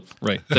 right